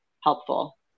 helpful